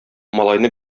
малайны